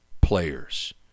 players